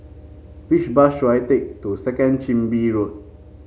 which bus should I take to Second Chin Bee Road